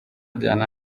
diana